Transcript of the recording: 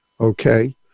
okay